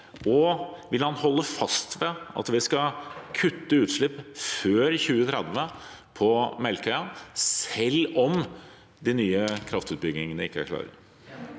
og vil han holde fast ved at vi skal kutte utslipp før 2030 på Melkøya, selv om de nye kraftutbyggingene ikke er klare?